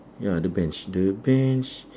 ya the bench the bench